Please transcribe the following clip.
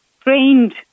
trained